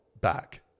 back